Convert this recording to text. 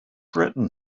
written